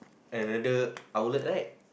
another outlet right